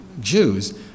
Jews